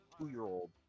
two-year-old